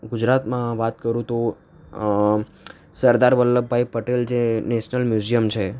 ગુજરાતમાં વાત કરું તો સરદાર વલ્લભાઈ પટેલ જે નેશનલ મ્યુઝિયમ છે